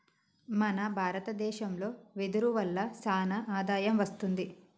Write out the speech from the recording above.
మన భారత దేశంలో వెదురు వల్ల సానా ఆదాయం వస్తుంది